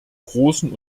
großen